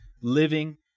living